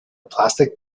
plastic